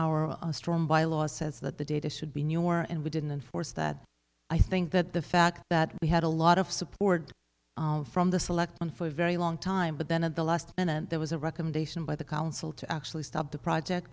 our storm by law says that the data should be newer and we didn't enforce that i think that the fact that we had a lot of support from the selectmen for a very long time but then of the last minute there was a recommendation by the council to actually stop the project